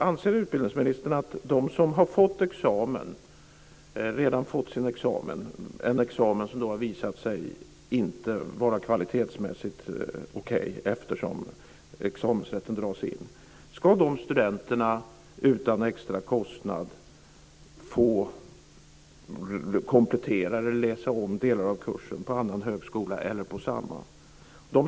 Anser utbildningsministern att de studenter som redan har fått sin examen, en examen som visar sig inte vara kvalitetsmässigt okej, eftersom examensrätten dras in, utan extra kostnad ska få komplettera eller läsa om delar av kursen på annan högskola eller på samma?